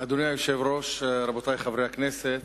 אדוני היושב-ראש, רבותי חברי הכנסת,